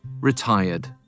retired